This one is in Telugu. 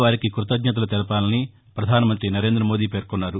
వారికి క్బతజ్ఞతలు తెలపాలని పధాన మంతి నరేంద మోదీ పేర్కొన్నారు